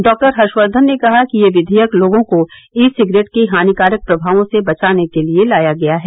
doctor Harshvardhan ने कहा कि यह विधेयक लोगों को ई सिगरेट के हानिकारक प्रमावों से बचाने के लिए लाया गया है